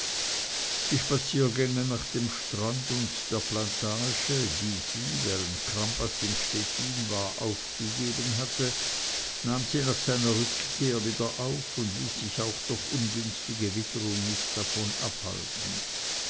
die spaziergänge nach dem strand und der plantage die sie während crampas in stettin war aufgegeben hatte nahm sie nach seiner rückkehr wieder auf und ließ sich auch durch ungünstige witterung nicht davon abhalten